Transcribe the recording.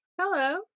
Hello